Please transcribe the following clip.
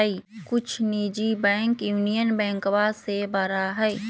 कुछ निजी bank union बैंकवा से बड़ा हई